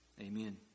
Amen